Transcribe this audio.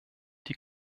die